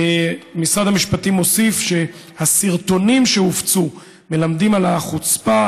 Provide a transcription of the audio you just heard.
משרד המשפטים מוסיף שהסרטונים שהופצו מלמדים על החוצפה,